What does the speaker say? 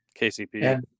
KCP